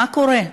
מה קורה?